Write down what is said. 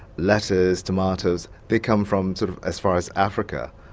lettuce, tomatoes, they come from sort of as far as africa,